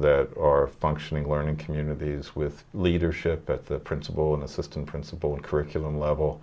that are functioning learning communities with leadership that the principal an assistant principal and curriculum level